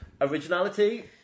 Originality